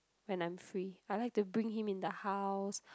when I'm free I like to bring him in the house